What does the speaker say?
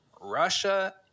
Russia